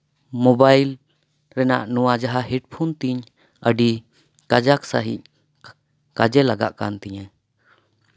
mobile ᱨᱮᱱᱟᱜ ᱱᱚᱣᱟ ᱡᱟᱦᱟᱸ ᱦᱮᱰᱯᱷᱳᱱ ᱛᱤᱧ ᱟᱹᱰᱤ ᱠᱟᱡᱟᱠ ᱥᱟᱺᱦᱤᱡ ᱠᱟᱡᱮ ᱞᱟᱜᱟᱜ ᱠᱟᱱ ᱛᱤᱧᱟᱹ